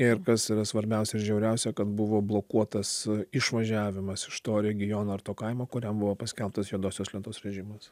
ir kas yra svarbiausia ir žiauriausia kad buvo blokuotas išvažiavimas iš to regiono ar to kaimo kuriam buvo paskelbtas juodosios lentos režimas